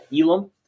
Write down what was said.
Elam